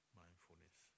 mindfulness